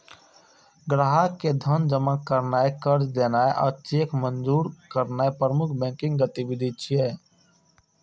ग्राहक के धन जमा करनाय, कर्ज देनाय आ चेक मंजूर करनाय प्रमुख बैंकिंग गतिविधि छियै